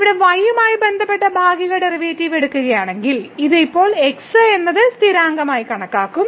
ഇവിടെ y യുമായി ബന്ധപ്പെട്ട് ഭാഗിക ഡെറിവേറ്റീവ് എടുക്കുകയാണെങ്കിൽ ഇത് ഇപ്പോൾ x എന്നത് സ്ഥിരാങ്കങ്ങളായി കണക്കാക്കും